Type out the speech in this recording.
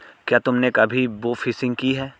क्या तुमने कभी बोफिशिंग की है?